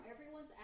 everyone's